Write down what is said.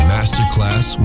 Masterclass